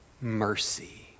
mercy